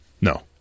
No